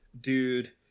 dude